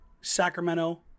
Sacramento